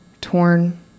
torn